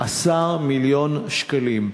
15 מיליון שקלים.